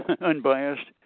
unbiased